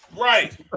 Right